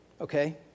okay